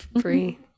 free